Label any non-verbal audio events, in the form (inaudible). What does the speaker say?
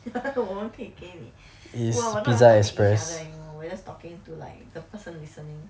(laughs) 我们可以给你 !wah! we're not even talking to each other anymore we're just talking to like the person listening